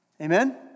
Amen